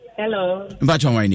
hello